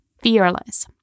fearless